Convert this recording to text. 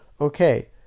Okay